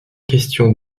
question